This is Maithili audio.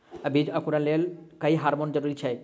बीज अंकुरण लेल केँ हार्मोन जरूरी छै?